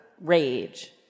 rage